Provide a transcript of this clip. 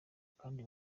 kandi